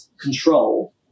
control